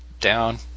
down